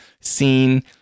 seen